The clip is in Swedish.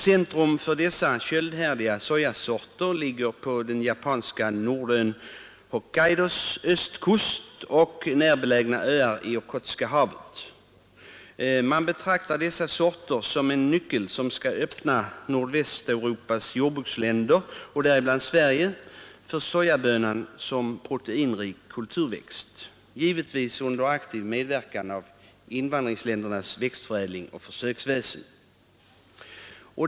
Centrum för dessa köldhärdiga sorter ligger på den japanska nordön Hokkaidos östkust och närbelägna öar i Okhotska havet. Man betraktar dessa sorter som en nyckel som skall öppna Nordvästeuropas jordbruksländer, däribland Sverige, för sojabönan som proteinrik kulturväxt, givetvis under aktiv medverkan av invandringsländernas växtförädling och försöksväsen.